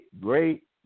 great